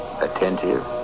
Attentive